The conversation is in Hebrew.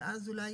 ואז אולי